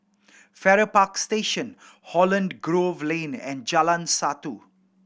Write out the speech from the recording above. Farrer Park Station Holland Grove Lane and Jalan Satu